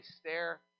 stare